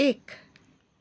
एक